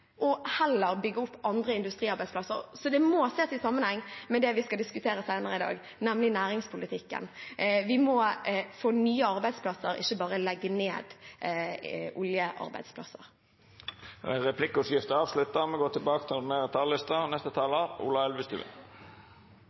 og heller bygge opp andre industriarbeidsplasser. Det må ses i sammenheng med det vi skal diskutere senere i dag, nemlig næringspolitikken. Vi må få nye arbeidsplasser, ikke bare legge ned oljearbeidsplasser. Replikkordskiftet er avslutta. Det er høye strømpriser i Norge, og det er en situasjon som er